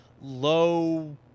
low